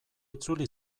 itzuli